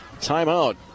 Timeout